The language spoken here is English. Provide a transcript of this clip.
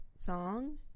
song